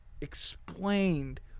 explained